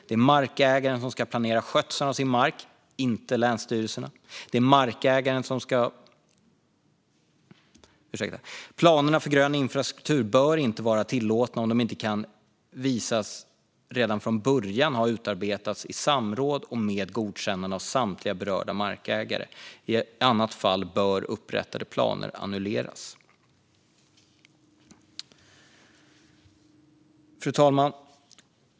Det är markägaren som ska planera skötseln av sin mark, inte länsstyrelserna. Planerna för grön infrastruktur bör inte vara tillåtna om man inte kan visa att de redan från början har utarbetats i samråd med och med godkännande av samtliga berörda markägare. I annat fall bör upprättade planer annulleras. Fru talman!